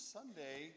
Sunday